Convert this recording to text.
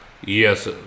Yes